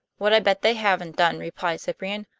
what i bet they haven't done, replied cyprian.